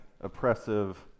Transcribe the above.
oppressive